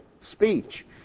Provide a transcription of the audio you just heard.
speech